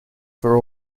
for